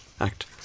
Act